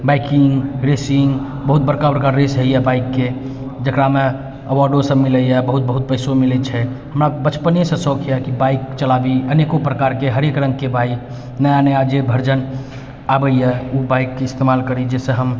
biking racing बहुत बड़का बड़का रेस होइ अइ बाइकके जकरामे अवार्डो सब मिलै अइ बहुत बहुत पैसो मिलै छै हमरा बचपनेसँ सौख अइ कि बाइक चलाबी अनेको प्रकारके हरेक रङ्गके बाइक नया नया जे भर्जन आबै अइ ओ बाइकके इस्तेमाल करी जाहिसँ हम